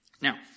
Now